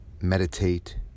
meditate